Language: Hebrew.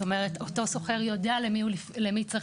זאת אומרת אותו שוכר יודע למי הוא צריך